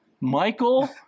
Michael